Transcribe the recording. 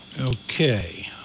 Okay